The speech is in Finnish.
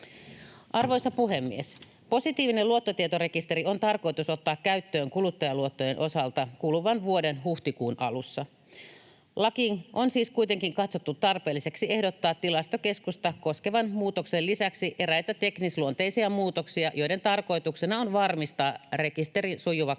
Arvoisa puhemies! Positiivinen luottotietorekisteri on tarkoitus ottaa käyttöön kuluttajaluottojen osalta kuluvan vuoden huhtikuun alussa. Lakiin on siis kuitenkin katsottu tarpeelliseksi ehdottaa Tilastokeskusta koskevan muutoksen lisäksi eräitä teknisluonteisia muutoksia, joiden tarkoituksena on varmistaa rekisterin sujuva